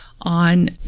on